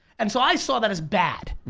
and so i saw that as bad.